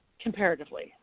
comparatively